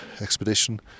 expedition